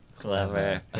Clever